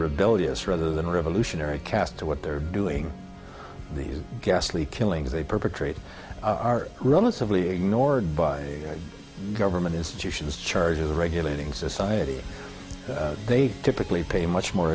rebellious rather than revolutionary caste to what they're doing these ghastly killings they perpetrate are relatively ignored by government institutions charge of regulating society they typically pay much more